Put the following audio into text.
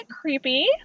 creepy